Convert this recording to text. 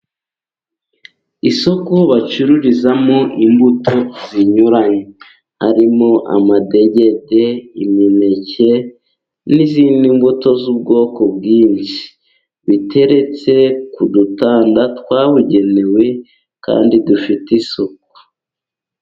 Isoko bacururizamo imbuto zinyuranye. Harimo amadegede, imineke n'izindi mbuto z'ubwoko bwinshi. Biteretse ku dutanda twabugenewe kandi dufite isuku.